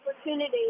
opportunity